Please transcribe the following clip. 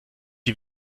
die